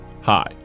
Hi